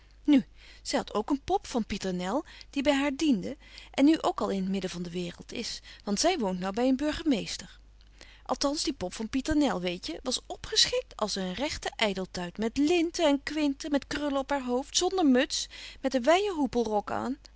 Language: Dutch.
nu zy hadt ook een pop van pieternel die by haar diende en nu ook al in t midden van de waereld is want zy woont nou by een burgemeester althans die pop van pieternel weetje was opgeschikt als een rechte ydeltuit met linten en kwinten met krullen op haar hoofd zonder muts met een wyen hoepelrok aan